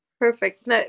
Perfect